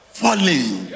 falling